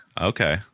okay